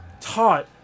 taught